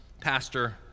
pastor